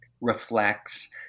reflects